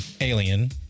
alien